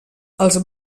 els